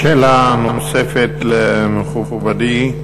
שאלה נוספת למכובדי,